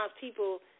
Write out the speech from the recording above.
people